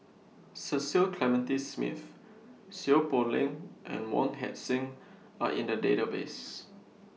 Cecil Clementi Smith Seow Poh Leng and Wong Heck Sing Are in The Database